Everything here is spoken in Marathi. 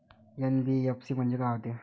एन.बी.एफ.सी म्हणजे का होते?